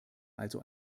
also